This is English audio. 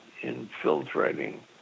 infiltrating